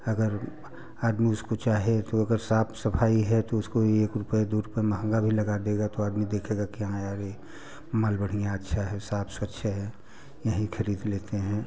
अगर आदमी उसको चाहे अगर साफ सफाई है तो उसको एक रूपये दो रुपये मंहगा भी लगा देगा तो आदमी देखेगा कि हाँ यार ये माल बढ़िया है अच्छा है साफ स्वच्छ है यहीं खरीद लेते हैं